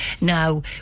Now